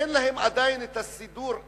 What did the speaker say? אין להם עדיין סידור של,